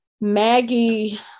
Maggie